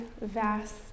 vast